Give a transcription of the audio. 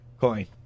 coin